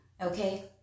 okay